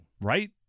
Right